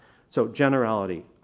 so generality,